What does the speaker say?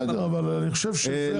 אז אני אומר שיש יתרונות וחסרונות,